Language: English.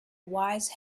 wise